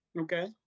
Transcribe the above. Okay